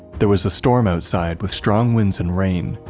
there was a storm outside, with strong winds and rain,